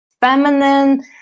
feminine